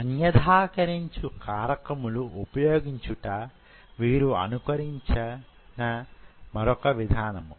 అన్యధాకరించు కారకములు ఉపయోగించుట వీరు అనుకరించక మరొక విధానము